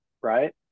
right